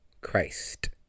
Christ